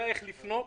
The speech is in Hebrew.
יודע איך לפנות,